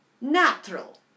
natural